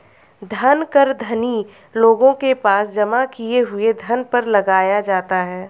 धन कर धनी लोगों के पास जमा किए हुए धन पर लगाया जाता है